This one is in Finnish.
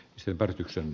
sen värityksen